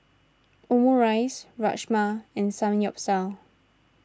Omurice Rajma and Samgyeopsal